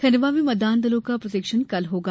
खंडवा में मतदान दलों का प्रशिक्षण कल होगा